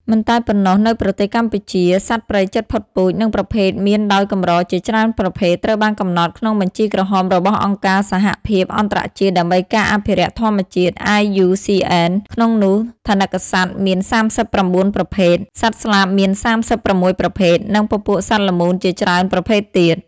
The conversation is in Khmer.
មិនតែប៉ុណ្ណោះ នៅប្រទេសកម្ពុជា សត្វព្រៃជិតផុតពូជ និងប្រភេទមានដោយកម្រជាច្រើនប្រភេទ ត្រូវបានកំណត់ក្នុងបញ្ជីក្រហមរបស់អង្គការសហភាពអន្តរជាតិដើម្បីការអភិរក្សធម្មជាតិ IUCN ក្នុងនោះថនិកសត្វមាន ៣៩ ប្រភេទ សត្វស្លាបមាន ៣៦ ប្រភេទ និងពពួកសត្វល្មូនជាច្រើនប្រភេទទៀត។